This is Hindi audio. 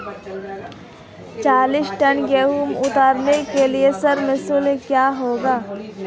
चालीस टन गेहूँ उतारने के लिए श्रम शुल्क क्या होगा?